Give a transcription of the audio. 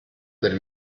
del